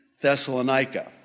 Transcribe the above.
Thessalonica